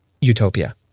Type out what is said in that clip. utopia